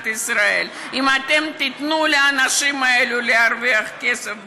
ישראל אם אתם תיתנו לאנשים האלה להרוויח כסף בכבוד?